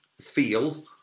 feel